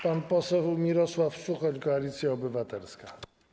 Pan poseł Mirosław Suchoń, Koalicja Obywatelska.